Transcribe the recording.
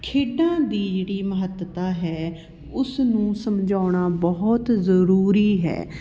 ਖੇਡਾਂ ਦੀ ਜਿਹੜੀ ਮਹੱਤਤਾ ਹੈ ਉਸਨੂੰ ਸਮਝਾਉਣਾ ਬਹੁਤ ਜ਼ਰੂਰੀ ਹੈ